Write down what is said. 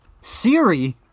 Siri